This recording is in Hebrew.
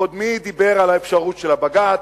קודמי דיבר על האפשרות של הבג"ץ.